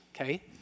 okay